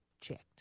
checked